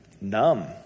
Numb